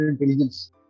intelligence